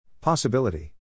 Possibility